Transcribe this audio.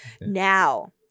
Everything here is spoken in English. Now